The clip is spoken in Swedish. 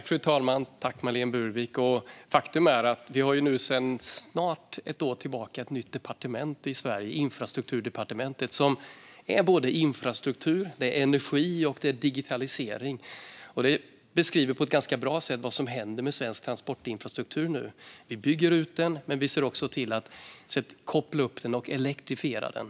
Fru talman! Faktum är att vi sedan snart ett år har ett nytt departement i Sverige, Infrastrukturdepartementet, som arbetar med såväl infrastruktur som energi och digitalisering. Detta beskriver på ett ganska bra sätt vad som nu händer med svensk transportinfrastruktur - vi bygger ut den, men vi ser också till att koppla upp den och att elektrifiera den.